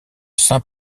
saint